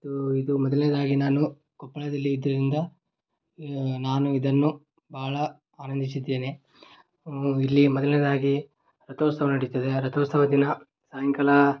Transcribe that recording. ಇದು ಇದು ಮೊದಲನೇದಾಗಿ ನಾನು ಕೊಪ್ಪಳದಲ್ಲಿ ಇದ್ರಿಂದ ನಾನು ಇದನ್ನು ಬಹಳ ಆನಂದಿಸಿದ್ದೇನೆ ಇಲ್ಲಿ ಮೊದಲನೇದಾಗಿ ರಥೋತ್ಸವ ನಡಿತದೆ ಆ ರಥೋತ್ಸವ ದಿನ ಸಾಯಂಕಾಲ